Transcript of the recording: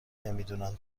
نمیدونن